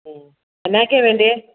ഉം എന്നാക്കെയാ വേണ്ടിയേ